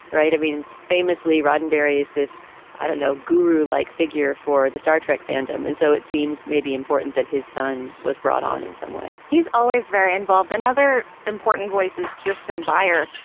right. i mean, famously, roddenberry's this i don't know, guru like figure for the star trek fandom. and so it seems maybe important that his son was brought on in some way he's always very involved. another important voices. kirsten buyer,